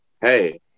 hey